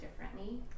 differently